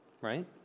right